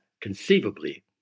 conceivably